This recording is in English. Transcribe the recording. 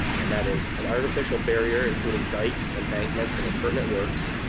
and that is an artificial barrier including dikes, embankments, and appurtenant works,